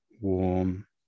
Warm